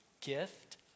gift